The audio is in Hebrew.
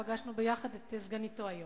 פגשנו יחד את סגניתו היום.